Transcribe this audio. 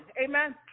Amen